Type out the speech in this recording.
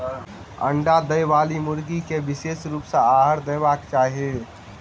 अंडा देबयबाली मुर्गी के विशेष रूप सॅ आहार देबाक चाही